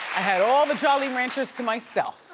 had all the jolly ranchers to myself.